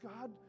God